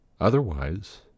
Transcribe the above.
Otherwise